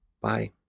Bye